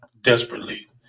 desperately